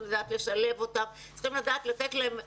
צריכים לדעת לשלב אותם ולתת להם.